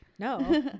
No